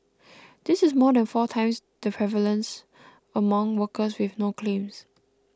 this is more than four times the prevalence among workers with no claims